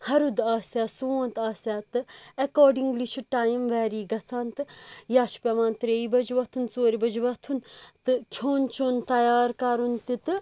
ہَرُد آسِیا سونٛتھ آسِیا تہٕ ایٚکاڈِنگلِی چھُ ٹایِم وِیرِی گژھان تہٕ یا چھُ پیٚوان ترٛیہِ بَجہِ وۄتُھن ژورِ بجہِ وۄتھن تہٕ کھیٚون چیٚون تِیار کَرُن تہِ تہٕ